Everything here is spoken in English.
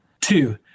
Two